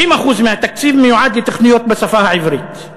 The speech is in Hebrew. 90% מהתקציב מיועד לתוכניות בשפה העברית,